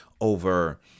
over